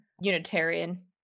Unitarian